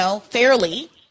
fairly